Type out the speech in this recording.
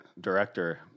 director